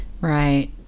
Right